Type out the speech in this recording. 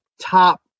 top